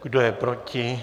Kdo je proti?